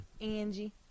Angie